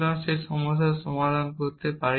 সেই সমস্যার সমাধান করতে পারি না